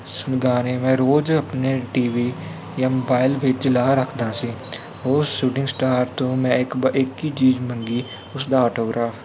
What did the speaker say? ਗਾਣੇ ਮੈਂ ਰੋਜ਼ ਆਪਣੇ ਟੀ ਵੀ ਜਾਂ ਮੋਬਾਈਲ ਵਿੱਚ ਲਾ ਰੱਖਦਾ ਸੀ ਉਹ ਸ਼ੂਟਿੰਗ ਸਟਾਰ ਤੋਂ ਮੈਂ ਇੱਕ ਇੱਕ ਹੀ ਚੀਜ਼ ਮੰਗੀ ਉਸਦਾ ਆਟੋਗਰਾਫ